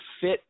fit